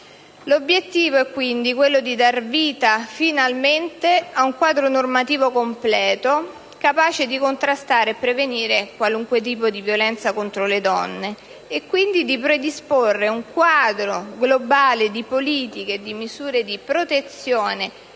L'obiettivo è quindi quello di dar vita finalmente ad un quadro normativo completo, capace di contrastare e prevenire qualunque tipo di violenza contro le donne e quindi di predisporre un quadro globale di politiche e di misure di protezione